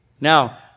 Now